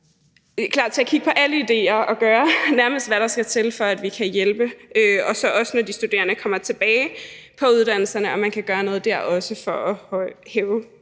klar til at kigge på alle idéer og gøre nærmest alt, for at vi kan hjælpe. Og når de studerende kommer tilbage på uddannelserne kan man kigge på, om man kan gøre noget der også for at bedre